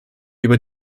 über